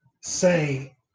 say